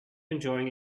enjoying